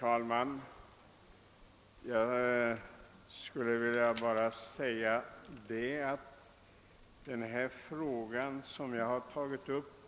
Herr talman!